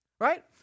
right